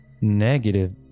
negative